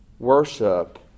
Worship